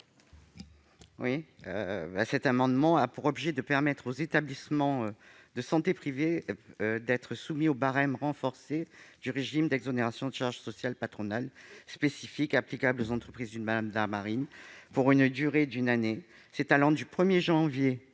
Cet amendement a pour objet de permettre aux établissements privés de santé d'être soumis au barème renforcé du régime d'exonération de charges sociales patronales spécifique applicable aux entreprises ultramarines, pour une durée de deux années- du 1 janvier 2021